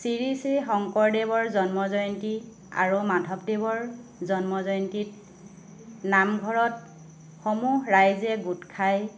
শ্ৰী শ্ৰী শংকৰদেৱৰ জন্ম জয়ন্তী আৰু মাধৱদেৱৰ জন্ম জয়ন্তীত নামঘৰত সমূহ ৰাইজে গোট খাই